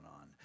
on